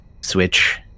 switch